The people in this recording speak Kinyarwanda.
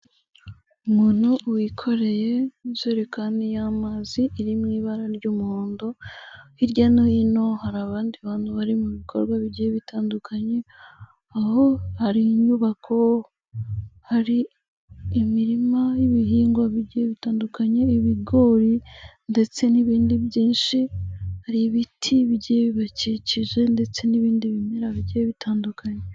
Umuntu wikoreye injerekani y'amazi iri mu ibara ry'umuhondo, hirya no hino hari abandi bantu bari mu bikorwa bigiye bitandukanye, aho hari inyubako, hari imirima y'ibihingwa bigiye bitandukanye ibigori ndetse n'ibindi byinshi, hari ibiti bigiye bibakikije ndetse n'ibindi bimera bigiye bitandukanye.